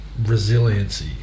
resiliency